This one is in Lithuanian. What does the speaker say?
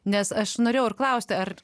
nes aš norėjau ir klausti ar